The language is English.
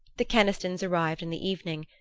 the kenistons arrived in the evening,